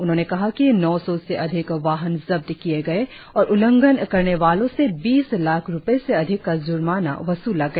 उन्होंने कहा कि नौ सौ से अधिक वाहन जब्त किये गए और उल्लंघन करने वालों से बीस लाख रुपये से अधिक का जुर्माना वसूला गया